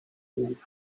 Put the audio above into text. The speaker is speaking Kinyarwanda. urubyiruko